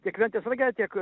tiek ventės rage tiek